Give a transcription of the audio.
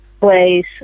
place